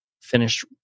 finished